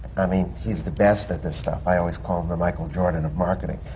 i mean, he's the best at this stuff. i always call him the michael jordan of marketing.